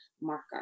marker